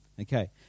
Okay